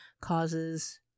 causes